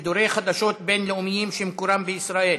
רב-שנתית וועדה בין-משרדית לעניין ייצור חשמל מאנרגיה מתחדשת),